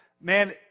man